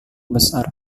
besar